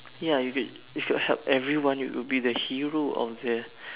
ya you could if you help everyone you would be the hero of the